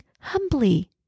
humbly